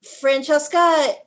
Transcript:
Francesca